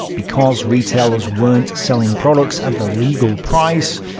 because retailers weren't selling products at the legal price,